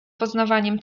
poznawaniem